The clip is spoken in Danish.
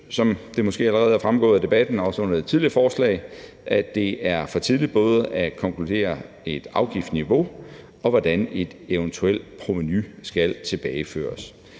som det måske allerede er fremgået af debatten og også under det tidligere forslag, at det er for tidligt at konkludere både et afgiftsniveau, og hvordan et eventuelt provenu skal tilbageføres.